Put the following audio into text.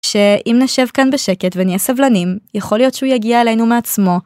שאם נשב כאן בשקט ונהיה סבלנים, יכול להיות שהוא יגיע אלינו מעצמו.